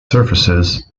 surfaces